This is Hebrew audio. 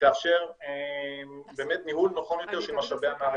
ותאפשר באמת ניהול נכון יותר של משאבי המערכת.